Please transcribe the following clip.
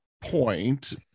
point